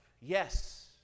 Yes